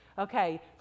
Okay